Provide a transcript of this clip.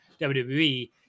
WWE